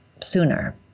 sooner